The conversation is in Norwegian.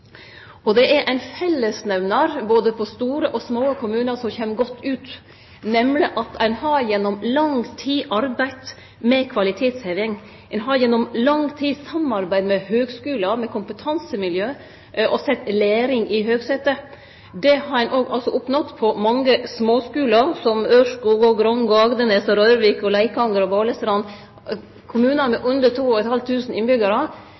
Det er éin fellesnemnar for store og små kommunar som kjem godt ut, nemleg at ein gjennom lang tid har arbeidd med kvalitetsheving. Ein har gjennom lang tid samarbeidd med høgskular, med kompetansemiljø, og sett læring i høgsetet. Det har ein òg oppnådd på mange småskular som i t.d. Ørskog, Grong, Agdenes, Røyrvik, Leikanger og Balestrand, kommunar med